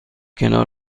کنار